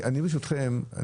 ברשותכם,